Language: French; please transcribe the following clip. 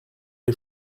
les